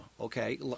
Okay